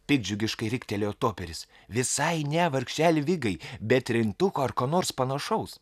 piktdžiugiškai riktelėjo toperis visai ne vargšeli vigai be trintuko ar ko nors panašaus